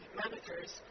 managers